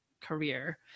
career